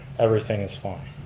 everything is fine.